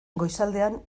goizaldean